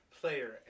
player